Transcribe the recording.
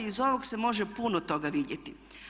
Iz ovog se može puno toga vidjeti.